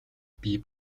бий